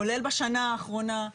כולל בשנה האחרונה,